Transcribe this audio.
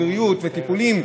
בריאות וטיפולים,